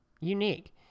unique